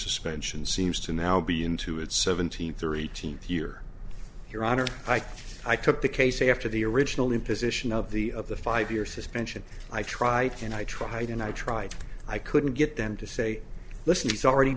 suspension seems to now be into its seventeenth or eighteenth year your honor i think i took the case after the original imposition of the of the five year suspension i tried and i tried and i tried i couldn't get them to say listen he's already